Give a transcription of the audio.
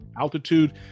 altitude